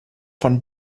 von